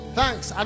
thanks